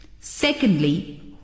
Secondly